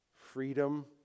freedom